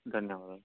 ಧನ್ಯವಾದ